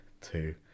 two